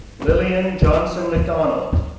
lillian johnson macdonald,